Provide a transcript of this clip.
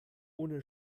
ohne